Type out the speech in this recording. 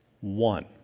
one